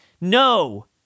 No